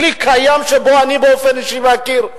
כלי שאני באופן אישי מכיר,